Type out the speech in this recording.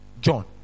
John